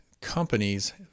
companies